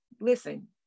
Listen